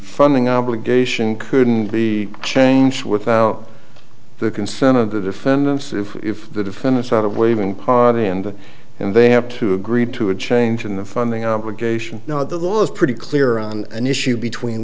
funding obligation couldn't be changed without the consent of the defendants if the defendants out of were even part and and they have to agree to a change in the funding obligation no the law is pretty clear on an issue between